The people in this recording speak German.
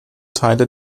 teile